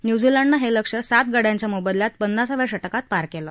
न्यूझीलंडनं हे लक्ष्य सात गड्यांच्या मोबदल्यात पन्नासाव्या षटकात पार केलं